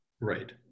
Right